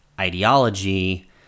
ideology